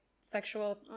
sexual